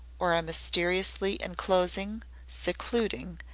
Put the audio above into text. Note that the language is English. or a mysteriously enclosing, secluding,